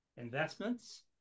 investments